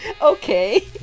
Okay